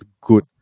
good